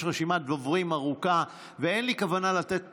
יש רשימת דוברים ארוכה ואין לי כוונה לתת